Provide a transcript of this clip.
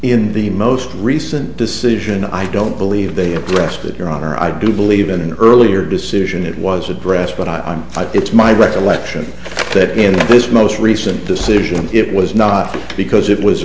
in the most recent decision i don't believe they addressed it your honor i do believe in an earlier decision it was addressed but i'm it's my recollection that in this most recent decision it was not because it was